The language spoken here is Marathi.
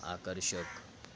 आकर्षक